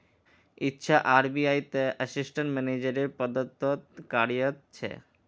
इच्छा आर.बी.आई त assistant manager रे पद तो कार्यरत छे